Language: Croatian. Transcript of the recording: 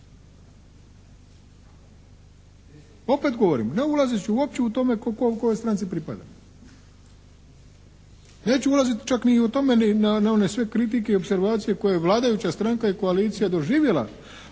Opet govorim, ne ulazeći uopće u to tko kojoj stranci pripada. Neću ulaziti čak ni u tome na one sve kritike i opservacije koje je vladajuća stranka i koalicija doživjela